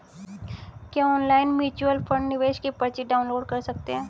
क्या online mutual fund निवेश की पर्ची डाउनलोड कर सकते हैं?